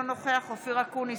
אינו נוכח אופיר אקוניס,